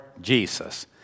Jesus